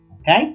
Okay